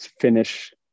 finish